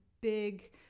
big